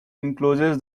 enclose